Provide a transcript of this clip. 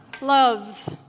loves